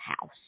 house